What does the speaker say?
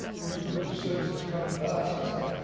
there's a group of citizens coming to us and saying,